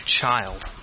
child